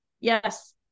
Yes